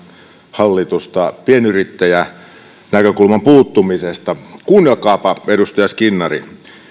hallitusta pienyrittäjä näkökulman puuttumisesta kuunnelkaapa edustaja skinnari